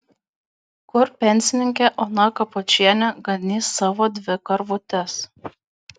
kur pensininkė ona kapočienė ganys savo dvi karvutes